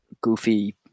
Goofy